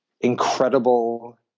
incredible